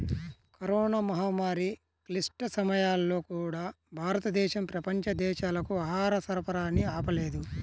corona మహమ్మారి క్లిష్ట సమయాల్లో కూడా, భారతదేశం ప్రపంచ దేశాలకు ఆహార సరఫరాని ఆపలేదు